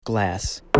Glass